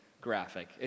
graphic